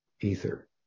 ether